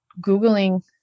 Googling